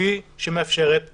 כפי שמאפשרת הקרן.